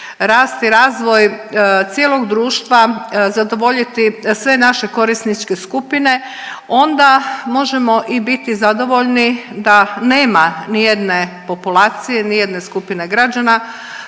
razvoj cijelog društva, zadovoljiti sve naše korisničke skupine onda možemo i biti zadovoljni da nema nijedne populacije, nijedne skupine građana